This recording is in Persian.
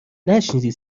نشنیدی